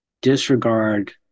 disregard